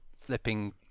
flipping